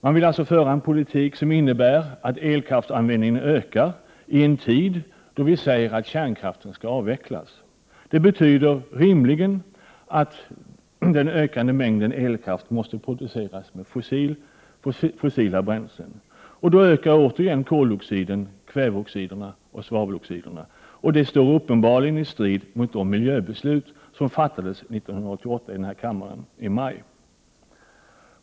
Man vill alltså föra en politik som innebär att elkraftsanvändningen ökar i en tid då vi säger att kärnkraften skall avvecklas. Det betyder rimligen att den ökande mängden elkraft måste produceras med fossila bränslen. Då ökar återigen koldioxider, kväveoxider och svaveldioxider. Det står uppenbarligen i strid med de miljöbeslut som fattades i maj 1988 av denna kammare.